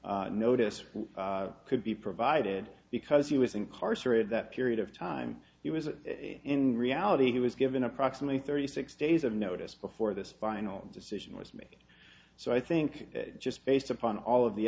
notice could be provided because he was incarcerated that period of time he was in reality he was given approximately thirty six days of notice before this final decision was made so i think just based upon all of the